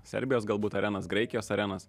serbijos galbūt arenas graikijos arenos